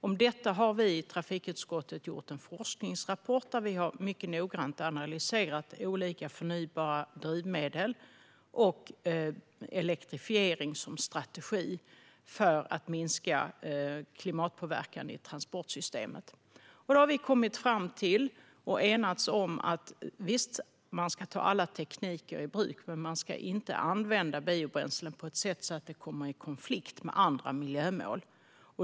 Om detta har vi i trafikutskottet gjort en forskningsrapport där vi mycket noggrant har analyserat olika förnybara drivmedel och elektrifiering som strategi för att minska klimatpåverkan i transportsystemet. Vi har kommit fram till och enats om att man ska ta alla tekniker i bruk men att man inte ska använda biobränsle på ett sätt så att det kommer i konflikt med andra miljömål.